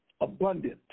abundant